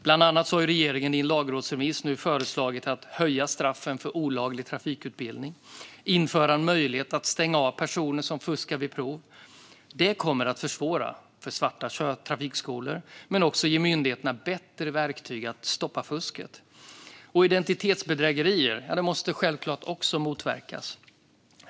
Bland annat har regeringen i en lagrådsremiss föreslagit att höja straffen för olaglig trafikutbildning och införa en möjlighet att stänga av personer som fuskar vid prov. Det kommer att försvåra för svarta trafikskolor och ge myndigheterna bättre verktyg för att stoppa fusket. Identitetsbedrägerier måste självklart också motverkas.